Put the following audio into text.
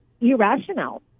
irrational